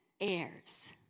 heirs